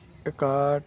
ਇਕਾਹਠ